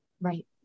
right